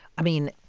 i mean,